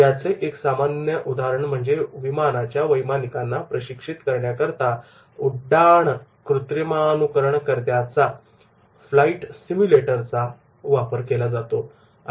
याचे एक सामान्य उदाहरण म्हणजे विमानाच्या वैमानिकांना प्रशिक्षित करण्याकरता उड्डाण कृत्रिमानुकरणकर्त्याचा फ्लाईट सिम्युलेटरचा वापर केला जातो